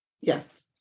Yes